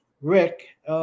Rick